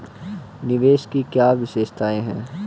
निवेश की क्या विशेषता है?